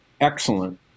excellent